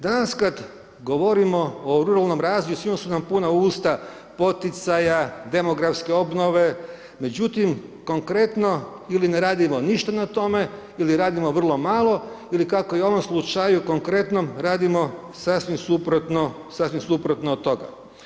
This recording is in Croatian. Danas kada govorimo o ruralnom razvoju svima su nam puna usta poticaja, demografske obnove, međutim, konkretno, ili ne radimo ništa na tome ili radimo vrlo malo ili kako i u ovom slučaju konkretnom, radimo sasvim suprotno od toga.